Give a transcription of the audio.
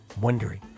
Wondering